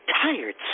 tired